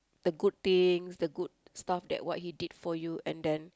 the good things the good stuffs that what he did for you and then